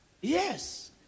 Yes